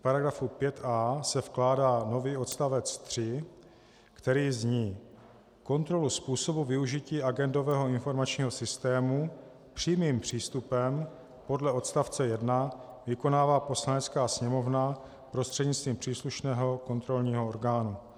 V § 5a se vkládá nový odstavec 3, který zní: Kontrolu způsobu využití agendového informačního systému přímým přístupem podle odstavce 1 vykonává Poslanecká sněmovna prostřednictvím příslušného kontrolního orgánu.